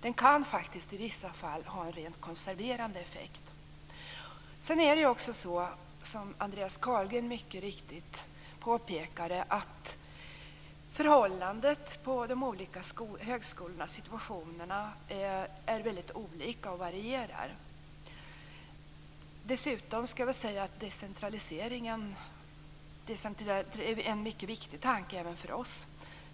Den kan faktiskt i vissa fall ha en rent konserverande effekt. Sedan är det ju så, som Andreas Carlgren mycket riktigt påpekade, att förhållandena på de olika högskolorna varierar mycket. Dessutom vill jag säga att decentraliseringen är en mycket viktig tanke även för oss.